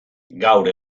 gaur